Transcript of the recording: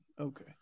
Okay